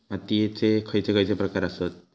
मातीयेचे खैचे खैचे प्रकार आसत?